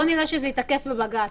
בואו נראה שזה ייתקף בבג"ץ,